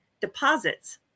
deposits